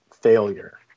failure